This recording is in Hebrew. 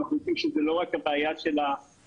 אנחנו יודעים שזה לא רק הבעיה של המטפל,